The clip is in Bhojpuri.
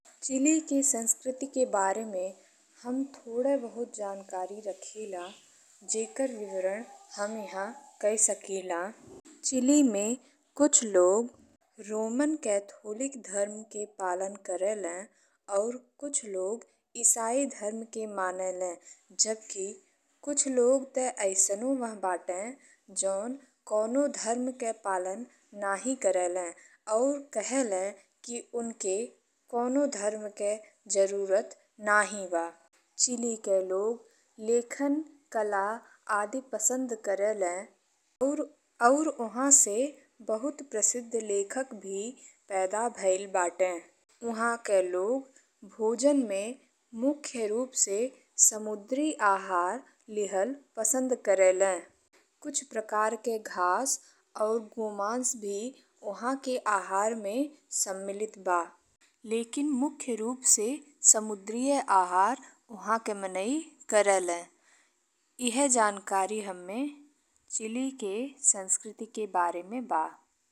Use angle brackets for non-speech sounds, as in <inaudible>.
<noise> चिली के संस्कृति के बारे में <noise> हम थोड़े बहुत जानकारी रखिला जेकर विवरण हम इहाँ कई सकिला। चिली में कुछ लोग रोमन कैथोलिक धर्म के पालन करेले अउर कुछ लोग ईसाई धर्म के मानेले। जबकि कुछ लोग त अइसनो वाह बाटे जौन कवनो धर्म के पालन नहीं करेले अउर कहेले कि उन के कवनो धर्म के जरूरत नहीं बा। चिली के लोग लेखन, कला, आदि पसन्द करेले <hesitation> अउर उहाँ से बहुत प्रसिद्ध लेखक भी पैदा भइल बाटे। उहाँ के लोग भोजन में मुख्य रूप से समुद्री आहार लिहल पसन्द करेले। कुछ प्रकार के घास अउर गोमांस भी ओहाँ के आहार में सम्मिलित बा, लेकिन मुख्य रूप से समुद्री आहार उहाँ के माने करेले। ईहे जानकारी हम्में चिली के संस्कृति के बारे में बा।